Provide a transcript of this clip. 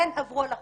הן עברו על החוק,